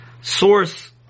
source